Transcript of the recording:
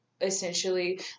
essentially